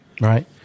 right